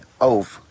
over